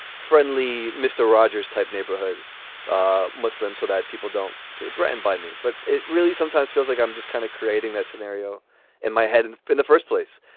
friendly, mister rogers type neighborhood ah muslim so that people don't feel threatened by me. but it really sometimes feels like i'm just kind of creating that scenario in my head and in the first place.